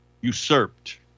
usurped